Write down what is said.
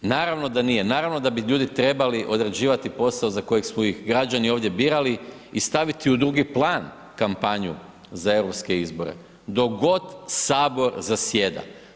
Naravno da nije, naravno da bi ljudi trebali odrađivati posao za koji su ih građani ovdje birali i staviti u drugi plan kampanju za europske izbore, dok god Sabor zasjeda.